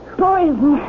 poison